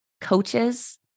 coaches